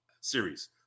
series